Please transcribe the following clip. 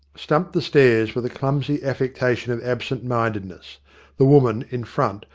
stumped the stairs with a clumsy affectation of absent-mindedness the woman, in front,